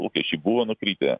lūkesčiai buvo nukritę